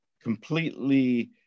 completely